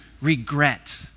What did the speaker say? regret